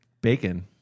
bacon